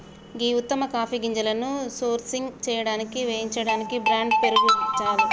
గీ ఉత్తమ కాఫీ గింజలను సోర్సింగ్ సేయడానికి వేయించడానికి బ్రాండ్ పేరుగాంచలేదు